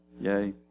Yay